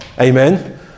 amen